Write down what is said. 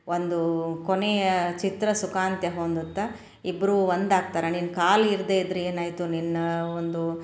ಒಂದು ಕೊನೆಯ ಚಿತ್ರ ಸುಖಾಂತ್ಯ ಹೊಂದುತ್ತೆ ಇಬ್ಬರೂ ಒಂದಾಗ್ತಾರೆ ನೀನು ಕಾಲು ಇರದೇ ಇದ್ದರೆ ಏನಾಯಿತು ನಿನ್ನ ಒಂದು